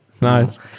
Nice